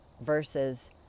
versus